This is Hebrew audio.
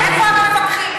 איפה המפקחים?